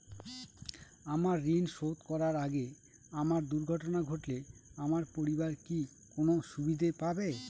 আমার ঋণ শোধ করার আগে আমার দুর্ঘটনা ঘটলে আমার পরিবার কি কোনো সুবিধে পাবে?